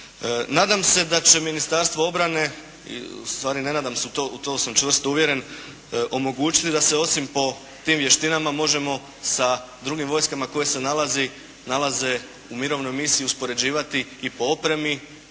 Nadam se da će Ministarstvo obrane, ustvari ne nadam se, u to sam čvrsto uvjeren, omogućiti da se osim po tim vještinama možemo sa drugim vojskama koje se nalaze u mirovnoj misiji uspoređivati i po opremi,